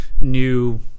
new